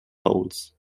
holes